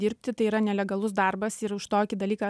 dirbti tai yra nelegalus darbas ir už tokį dalyką